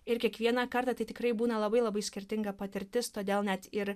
ir kiekvieną kartą tai tikrai būna labai labai skirtinga patirtis todėl net ir